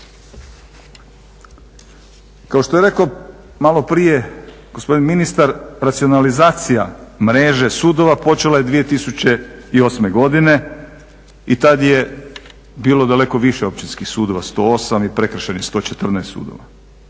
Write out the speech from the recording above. Kao što je rekao maloprije gospodin ministar, racionalizacija mreže sudova počela je 2008. godine i tad je bilo daleko više općinskih sudova 108 i prekršajnih 114 sudova.